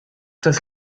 das